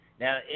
Now